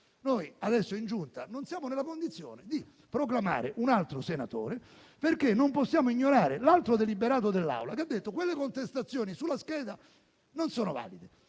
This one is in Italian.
è stato votato, non siamo nella condizione di proclamare un altro senatore, perché non possiamo ignorare l'altro deliberato dell'Assemblea, secondo cui quelle contestazioni sulla scheda non sono valide.